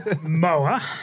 Moa